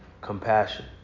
compassion